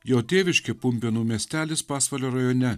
jo tėviškė pumpėnų miestelis pasvalio rajone